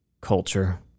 culture